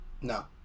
No